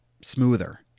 smoother